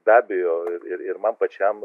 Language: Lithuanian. be abejo ir ir man pačiam